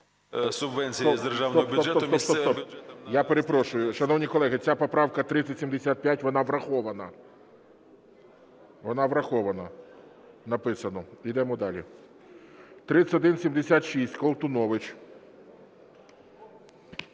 субвенцію з державного бюджету